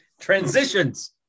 transitions